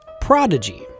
prodigy